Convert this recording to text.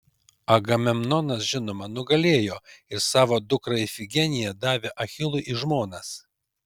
agamemnonas žinoma nugalėjo ir savo dukrą ifigeniją davė achilui į žmonas